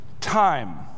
time